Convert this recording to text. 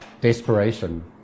desperation